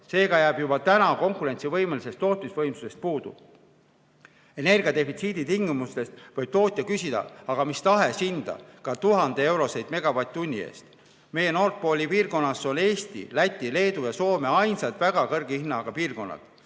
Seega jääb juba täna konkurentsivõimelisest tootmisvõimsusest puudu. Energiadefitsiidi tingimustes võib tootja küsida aga mis tahes hinda, ka 1000 eurot megavatt-tunni eest. Meie Nord Pooli piirkonnas on Eesti, Läti, Leedu ja Soome ainsad väga kõrge hinnaga piirkonnad.